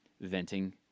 venting